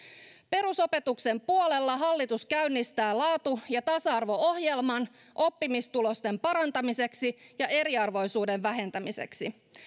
perusopetuksen puolella hallitus käynnistää laatu ja tasa arvo ohjelman oppimistulosten parantamiseksi ja eriarvoisuuden vähentämiseksi